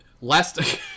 Last